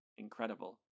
Incredible